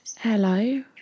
Hello